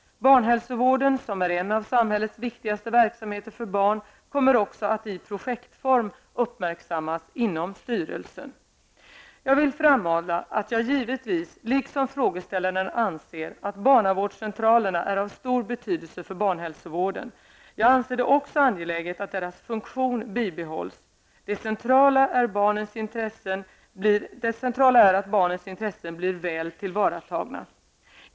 Barnhälsovården, som är en av samhällets viktigaste verksamheter för barn, kommer också att i projektform uppmärksammas inom styrelsen. Jag vill framhålla att jag givetvis liksom frågeställaren anser att barnavårdscentralerna är av stor betydelse för barnhälsovården. Jag anser det också angeläget att deras funktion bibehålls. Det centrala är att barnens intressen blir väl tillvaratagna.